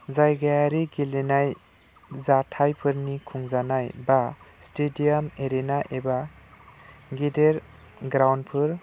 जायगायारि गेलेनाय जाथायफोरनि खुंजानाय बा स्टेडियाम एरैनो एबा गेदेर ग्राउन्डफोर